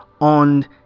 on